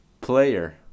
player